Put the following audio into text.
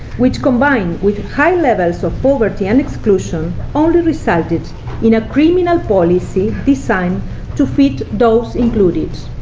which, combined with high levels of poverty and exclusion, only resulted in a criminal policy designed to fit those included.